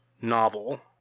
novel